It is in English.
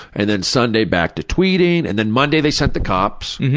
and then sunday back to tweeting. and then monday they sent the cops.